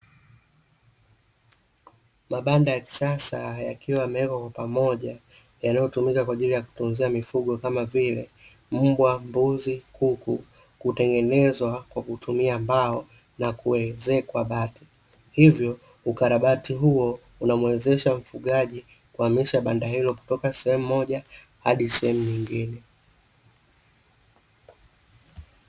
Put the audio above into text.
Mabanda ya kisasa yakiwa yamewekwa kwa pamoja, yanayotumika kwa ajili ya kutunzia mifugo kama vile: mbwa, mbuzi, kuku; hutengenezwa kwa kutumia mbao na kuwezekwa bati. Hivyo ukarabati huo unamwezesha mfugaji kuhamisha banda hilo kutoka sehemu moja hadi sehemu nyingine.